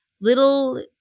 little